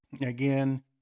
Again